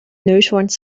neushoorns